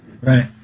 Right